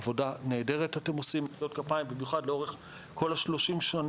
עבודה נהדרת אתם עושים במיוחד לאורך כל 30 השנים